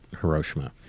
Hiroshima